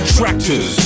tractors